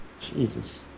Jesus